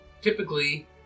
typically